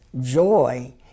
Joy